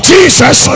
Jesus